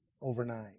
overnight